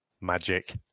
Magic